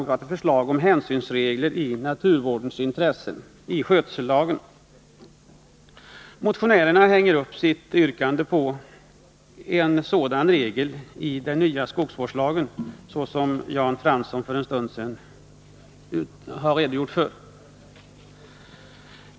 rerna hänger upp sitt yrkande på en sådan regel i den nya skogsvårdslagen, som Jan Fransson för en stund sedan redogjorde för.